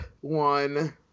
one